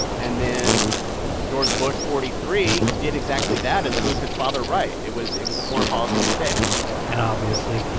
and then george bush forty three did exactly that and proved his father right. it was it was a foreign policy mistake and obviously,